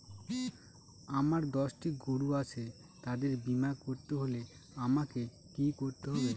আমার দশটি গরু আছে তাদের বীমা করতে হলে আমাকে কি করতে হবে?